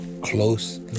Close